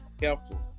careful